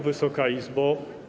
Wysoka Izbo!